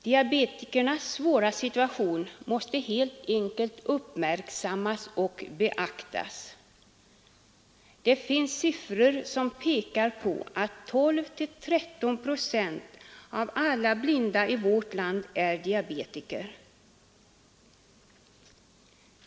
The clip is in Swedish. Diabetikernas svåra situation måste helt enkelt uppmärksammas och beaktas. Det finns siffror som pekar på att 12—13 procent av alla blinda i vårt land är diabetiker.